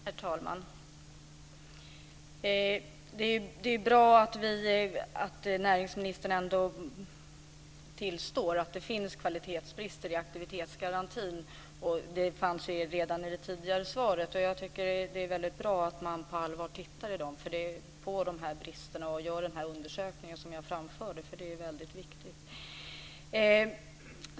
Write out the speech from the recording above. Herr talman! Det är bra att näringsministern ändå tillstår att det finns kvalitetsbrister i aktivitetsgarantin; det sade han redan tidigare i svaret. Jag tycker att det är väldigt bra att man på allvar tittar på bristerna och gör den här undersökningen, som jag framförde, för detta är väldigt viktigt.